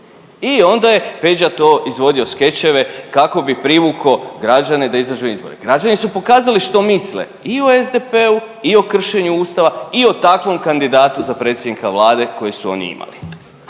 I onda je Peđa to izvodio skečeve kako bi privukao građane da izađu na izbore. Građani su pokazali što misle i o SDP-u i o kršenju Ustava i o takvom kandidatu za predsjednika Vlade koji su oni imali.